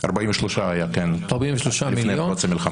43 מיליון היו לפני פרוץ המלחמה.